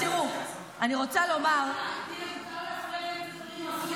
אז תראו, אני רוצה לומר -- אז למה צריך פגרה?